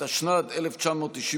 התשנ"ד 1994,